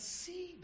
see